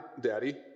daddy